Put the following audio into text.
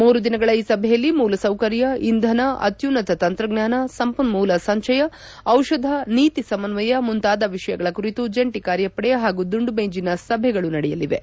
ಮೂರು ದಿನಗಳ ಈ ಸಭೆಯಲ್ಲಿ ಮೂಲಸೌಕರ್ಯ ಇಂಧನ ಅತ್ಯುನ್ನತ ತಂತ್ರಜ್ಞಾನ ಸಂಪನ್ಮೂಲ ಸಂಚಯ ದಿಷಧ ನೀತಿ ಸಮನ್ವಯ ಮುಂತಾದ ವಿಷಯಗಳ ಕುರಿತು ಜಂಟಿ ಕಾರ್ಯಪಡೆ ಹಾಗೂ ದುಂಡು ಮೇಜಿನ ಸಭೆಗಳು ನಡೆಯಲಿವೆ